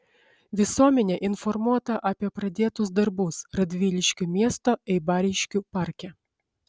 visuomenė informuota apie pradėtus darbus radviliškio miesto eibariškių parke